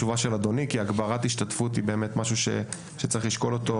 הגברת ההשתתפות היא משהו שבאמת צריך לשקול אותו,